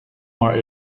mar